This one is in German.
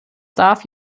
darf